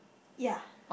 ya